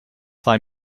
find